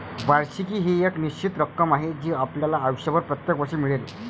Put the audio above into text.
वार्षिकी ही एक निश्चित रक्कम आहे जी आपल्याला आयुष्यभर प्रत्येक वर्षी मिळेल